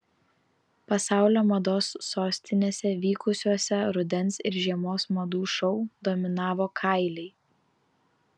pasaulio mados sostinėse vykusiuose rudens ir žiemos madų šou dominavo kailiai